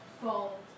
fold